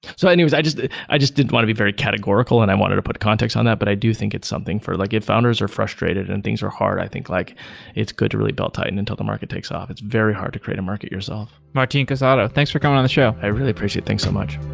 so anyway, i just i just didn't want to be very categorical and i wanted to put context on that. but i do think it's something for like if founders are frustrated and things are hard, i think like it's good to really belt-tighten until the market takes off. it's very hard to create a market yourself. martin casado, thanks for coming on the show. i really appreciate it. thanks so much.